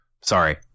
Sorry